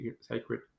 sacred